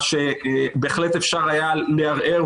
מה שבהחלט אפשר היה לערער.